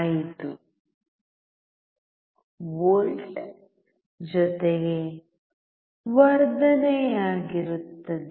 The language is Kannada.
5 V ಜೊತೆಗೆ ವರ್ಧನೆಯಾಗಿರುತ್ತದೆ